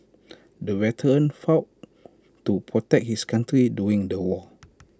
the veteran fought to protect his country during the war